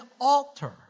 altar